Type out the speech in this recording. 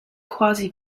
quasi